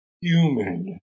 human